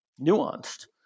nuanced